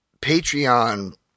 Patreon